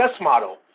model